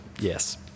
Yes